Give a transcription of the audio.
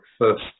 first